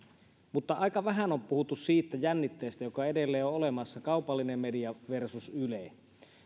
mutta aika vähän on puhuttu siitä jännitteestä joka edelleen on olemassa kaupallinen media versus yle